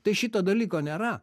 tai šito dalyko nėra